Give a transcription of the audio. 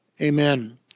Amen